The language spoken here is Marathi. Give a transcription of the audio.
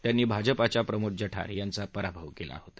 त्यांनी भाजपाच्या प्रमोद जठार यांचा पराभव केला होता